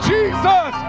Jesus